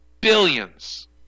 billions